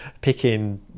picking